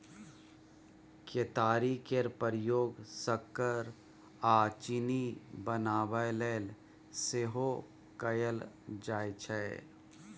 केतारी केर प्रयोग सक्कर आ चीनी बनाबय लेल सेहो कएल जाइ छै